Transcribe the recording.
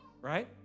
right